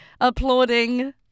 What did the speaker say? applauding